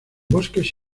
bosques